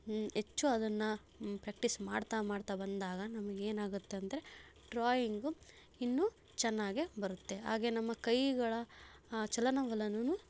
ಹೆಚ್ಚು ಅದನ್ನು ಪ್ರ್ಯಾಕ್ಟೀಸ್ ಮಾಡ್ತಾ ಮಾಡ್ತಾ ಬಂದಾಗ ನಮಗೇನಾಗತ್ತಂದ್ರೆ ಡ್ರಾಯಿಂಗು ಇನ್ನೂ ಚೆನ್ನಾಗಿ ಬರುತ್ತೆ ಹಾಗೆ ನಮ್ಮ ಕೈಗಳ ಚಲನವಲನವೂ